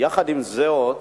עם זאת,